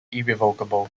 irrevocable